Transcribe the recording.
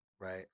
right